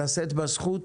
לשאת בזכות